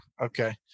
Okay